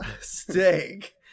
steak